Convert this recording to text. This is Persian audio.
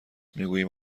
میگوییم